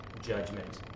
judgment